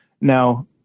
Now